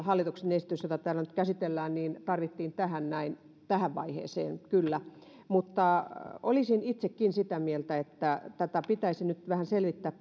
hallituksen esitys jota täällä nyt käsitellään tarvittiin tähän näin tähän vaiheeseen kyllä mutta olisin itsekin sitä mieltä että tätä pitäisi nyt selvittää